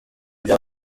bya